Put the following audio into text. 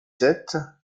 sept